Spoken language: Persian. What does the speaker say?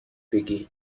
بگی